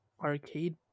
Arcade